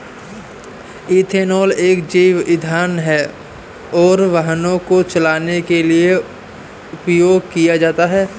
ethanol एक जैव ईंधन है और वाहनों को चलाने के लिए उपयोग किया जाता है